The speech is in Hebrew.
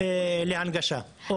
בהתחייבות להנגשה.